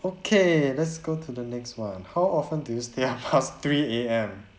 okay let's go to the next [one] how often do you stay up past three A_M